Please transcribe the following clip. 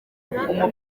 amasaha